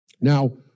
Now